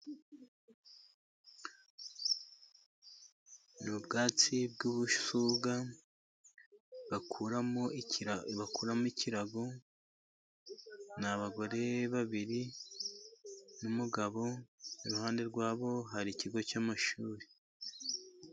Ni ubwatsi bw'ubusuga bakuramo ikirago. Ni abagore babiri n'umugabo, iruhande rwabo hari ikigo cy'amashuri.